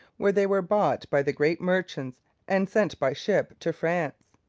where they were bought by the great merchants and sent by ship to france.